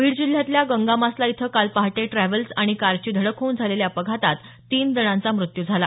बीड जिल्ह्यातल्या गंगामासला इथं काल पहाटे ट्रॅव्हल्स आणि कारची धडक होऊन झालेल्या अपघातात तीन जणांचा मृत्यू झाला